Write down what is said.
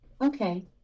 Okay